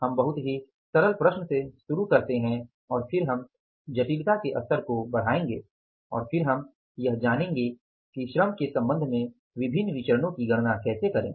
हम बहुत ही सरल प्रश्न से शुरू करते हैं और फिर हम जटिलता के स्तर को बढ़ाएंगे और फिर हम यह जानेंगे कि श्रम के संबंध में विभिन्न विचरणो की गणना कैसे करें